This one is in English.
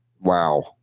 wow